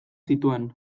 zituen